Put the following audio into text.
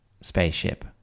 spaceship